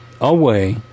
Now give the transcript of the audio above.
away